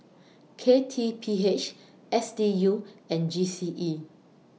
K T P H S D U and G C E